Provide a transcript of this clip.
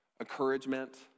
encouragement